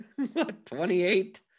28